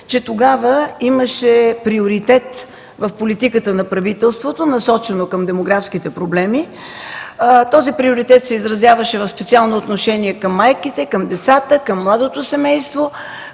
че тогава имаше приоритет в политиката на правителството, насочено към демографските проблеми. Този приоритет се изразяваше в специално отношение към майките, към децата, към младото семейство,